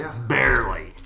Barely